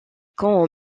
camp